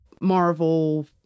Marvel